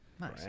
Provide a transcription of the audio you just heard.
Nice